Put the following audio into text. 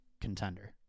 contender